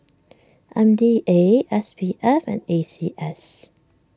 M D A S P F and A C S